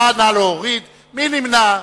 מי נמנע?